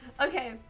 Okay